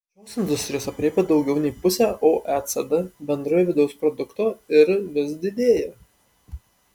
šios industrijos aprėpia daugiau nei pusę oecd bendrojo vidaus produkto ir vis didėja